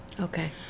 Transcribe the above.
Okay